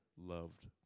Loved